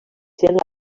sent